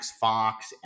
fox